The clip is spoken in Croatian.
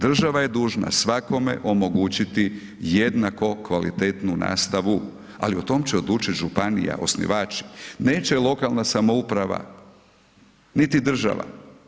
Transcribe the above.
Država je dužna svakome omogućiti jednako kvalitetnu nastavu, ali o tome će odlučiti županija, osnivači, neće lokalna samouprava niti država.